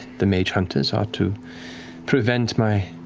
the mage hunters are to prevent my